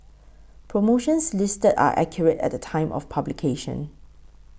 promotions listed are accurate at the time of publication